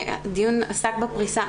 הדיון עסק בפריסה,